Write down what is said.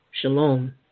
shalom